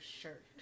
shirt